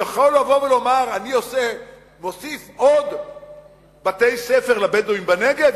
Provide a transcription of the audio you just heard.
יכול לבוא ולומר: אני מוסיף עוד בתי-ספר לבדואים בנגב?